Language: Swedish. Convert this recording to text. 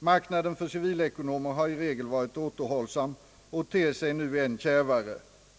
——— Marknaden för ci vilekonomer har i regel varit återhållsam och ter sig nu än kärvare.